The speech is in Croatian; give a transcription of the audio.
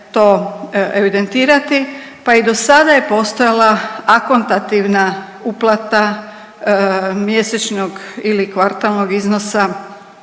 to evidentirati, pa i do sada je postojala akontativna uplata mjesečnog ili kvartalnog iznosa